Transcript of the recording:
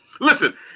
Listen